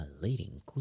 leading